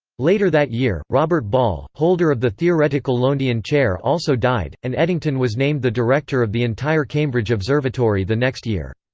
later that year, robert ball, holder of the theoretical lowndean chair also died, and eddington was named the director of the entire cambridge observatory the next year.